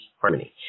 harmony